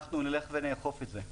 אנחנו נלך ונאכוף את זה'.